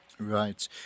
Right